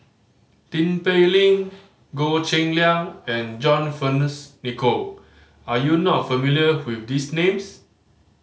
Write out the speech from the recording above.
Tin Pei Ling Goh Cheng Liang and John Fearns Nicoll are you not familiar with these names